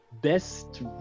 best